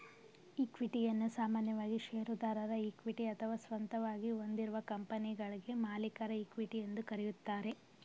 ಇಕ್ವಿಟಿಯನ್ನ ಸಾಮಾನ್ಯವಾಗಿ ಶೇರುದಾರರ ಇಕ್ವಿಟಿ ಅಥವಾ ಸ್ವಂತವಾಗಿ ಹೊಂದಿರುವ ಕಂಪನಿಗಳ್ಗೆ ಮಾಲೀಕರ ಇಕ್ವಿಟಿ ಎಂದು ಕರೆಯುತ್ತಾರೆ